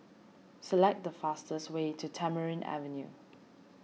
select the fastest way to Tamarind Avenue